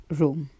room